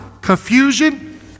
confusion